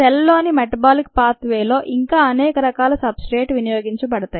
సెల్లోని metabolic పాత్ వేలో ఇంకా అనేక రకాల సబ్ స్ట్రేట్ వినియోగించకోబడతాయి